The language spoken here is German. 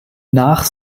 nach